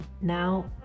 now